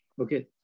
okay